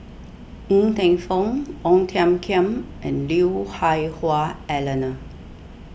Ng Teng Fong Ong Tiong Khiam and Lui Hah Wah Elena